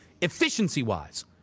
efficiency-wise